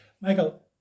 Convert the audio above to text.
Michael